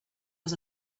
was